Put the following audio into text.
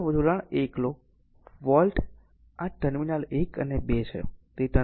હવે આ જોડાણ 1 લો વોલ્ટ આ ટર્મિનલ 1 અને ટર્મિનલ 2